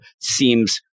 seems